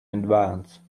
advance